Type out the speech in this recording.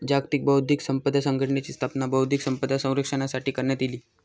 जागतिक बौध्दिक संपदा संघटनेची स्थापना बौध्दिक संपदा संरक्षणासाठी करण्यात इली